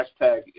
hashtag